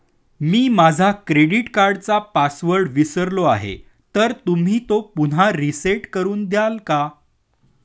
मी माझा क्रेडिट कार्डचा पासवर्ड विसरलो आहे तर तुम्ही तो पुन्हा रीसेट करून द्याल का?